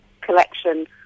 collection